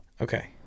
Okay